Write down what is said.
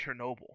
Chernobyl